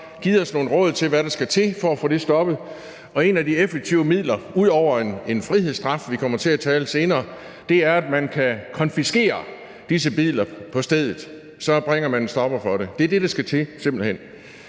givet os nogle råd til, hvad der skal til, for at få det stoppet, og et af de effektive midler ud over en frihedsstraf, vi kommer til at tale om senere, er, at man kan konfiskere disse biler på stedet; så bringer man en stopper for det. Det er det, der skal til, simpelt hen.